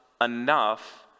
enough